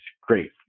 great